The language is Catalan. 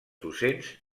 docents